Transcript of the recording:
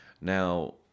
Now